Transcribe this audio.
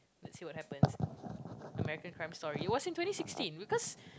let's see what happens American Crime Story it was in twenty sixteen because